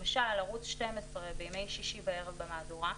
למשל ערוץ 12 בימי שישי בערב במהדורה,